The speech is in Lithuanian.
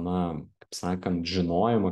na kaip sakant žinojimą